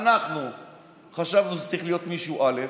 אנחנו חשבנו שזה צריך להיות מישהו א',